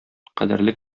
кадерле